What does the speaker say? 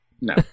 no